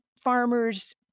farmers